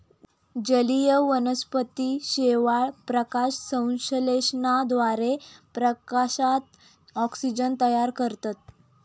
जलीय वनस्पती शेवाळ, प्रकाशसंश्लेषणाद्वारे प्रकाशात ऑक्सिजन तयार करतत